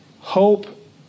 Hope